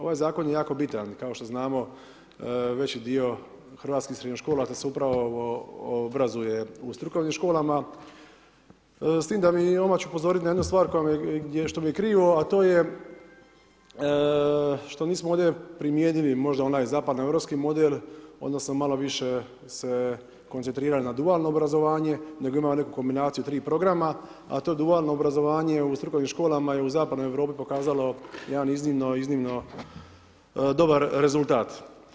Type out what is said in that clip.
Ovaj Zakon je jako bitan, ali kao što znamo, veći dio hrvatskih srednjoškolaca se upravo obrazuje u strukovnim školama, s tim da ću odmah upozoriti na jednu stvar što mi je krivo, a to je što nismo ovdje primijenili možda onaj zapadno-europski model, odnosno malo više se koncentrirali na dualno obrazovanje, nego imamo neku kombinaciju 3 programa, a to dualno obrazovanje u strukovnim školama je u zapadnoj Europi pokazalo jedan iznimno dobar rezultat.